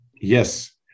Yes